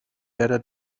wäre